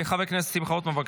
חבר הכנסת שמחה רוטמן,